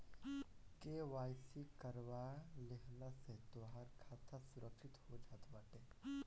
KYC करवा लेहला से तोहार खाता सुरक्षित हो जात बाटे